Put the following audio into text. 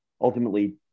ultimately